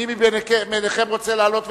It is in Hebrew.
מי מביניכם רוצה לעלות ולדבר?